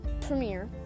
premiere